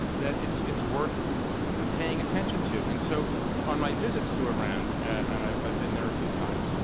that it's it's worth paying attention to. and so on my visits to iran, and i've been there a few times,